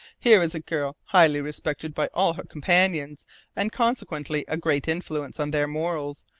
here is a girl, highly respected by all her companions and consequently a great influence on their morals,